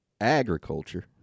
agriculture